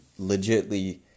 legitly